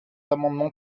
amendement